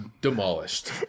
demolished